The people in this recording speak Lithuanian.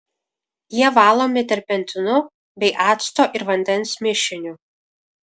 jie valomi terpentinu bei acto ir vandens mišiniu